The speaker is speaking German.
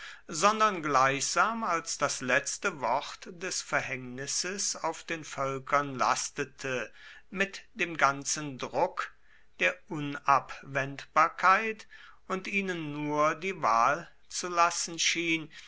sondern gleichsam als das letzte wort des verhängnisses auf den völkern lastete mit dem ganzen druck der unabwendbarkeit und ihnen nur die wahl zu lassen schien